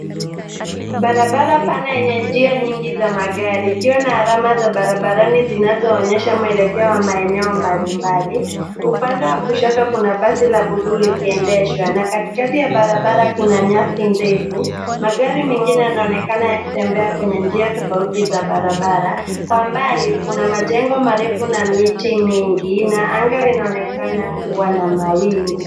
Barabara pana yenye njia nyingi za magari ikiwa na alama za barabarani zinazoonyesha mwelekea wa maoneo mbalimbali. Upande wa kushoto kuna basi la buluu likiendeshwa na katikati ya barabara kuna nyasi ndefu. Magari mengine yanaonekana yakitembea kwenye njia tofauti za barabara. Kwa mbali kuna majengo marefu na miti mingi na anga linaonekana kuwa na mawingu.